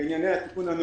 בבקשה.